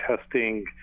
testing